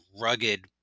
rugged